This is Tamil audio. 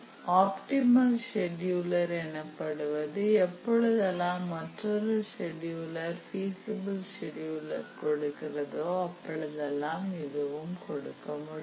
ஒப்டிமல் செடியுலர் எனப்படுவது எப்பொழுதெல்லாம் மற்றொரு செடியுலர் பீசிபில் செடுயூல் கொடுக்கிறதோ அப்பொழுதெல்லாம் இதுவும் கொடுக்க முடியும்